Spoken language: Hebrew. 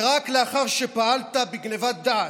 ורק לאחר שפעלת בגנבת דעת,